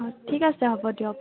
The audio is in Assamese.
ঠিক আছে হ'ব দিয়ক